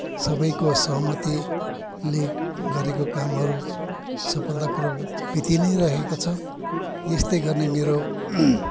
सबैको सहमतिले गरेको कामहरू सफलतापूर्वक बितिनै रहेको छ यस्तै गर्ने मेरो